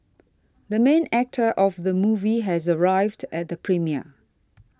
the main actor of the movie has arrived at the premiere